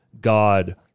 God